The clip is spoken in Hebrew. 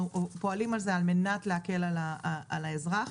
אנחנו באנו ודרשנו מהנמלים להוסיף עובדים זמניים.